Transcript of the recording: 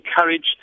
encourage